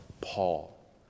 Paul